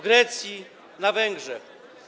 Grecji, na Węgrzech.